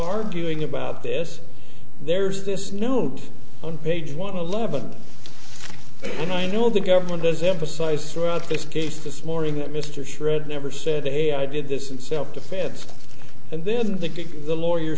arguing about this there's this note on page one eleven and i know the government does emphasize throughout this case this morning that mr shred never said hey i did this in self defense and then they get the lawyer